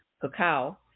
cacao